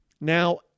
now